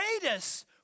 greatest